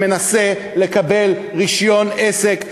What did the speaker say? שמנסה לקבל רישיון עסק,